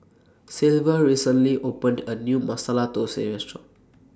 Silver recently opened A New Masala Thosai Restaurant